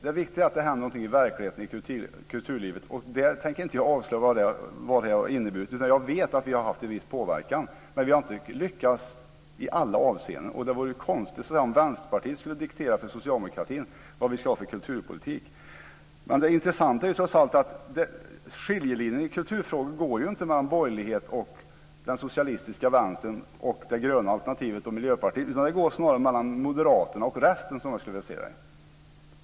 Det viktiga är att det händer någonting i verkligheten i kulturlivet. Och jag tänker inte avslöja vad det har inneburit, dvs. jag vet att vi har haft en viss påverkan men att vi inte har lyckats i alla avseenden. Och det vore konstigt om Vänsterpartiet skulle diktera för socialdemokratin vilken kulturpolitik som vi ska ha. Men det intressanta är trots allt att skiljelinjen i kulturfrågor inte går mellan borgerlighet och den socialistiska Vänstern och det gröna alternativet Miljöpartiet, utan den går snarare mellan Moderaterna och resten av partierna som jag skulle vilja se det.